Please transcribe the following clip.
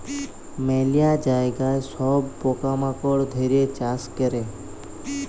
ম্যালা জায়গায় সব পকা মাকড় ধ্যরে চাষ ক্যরে